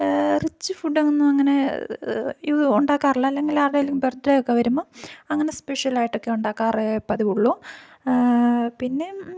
rich food ഒന്നും അങ്ങനെ ഇത് ഉണ്ടാക്കാറില്ല അല്ലെങ്കിൽ ആരുടെയെങ്കിലും ബർത് ഡേ ഒക്കെ വരുമ്പോൾ അങ്ങനെ സ്പെഷ്യലായിട്ടൊക്കെ ഉണ്ടാക്കാറേ പതിവുള്ളൂ പിന്നെ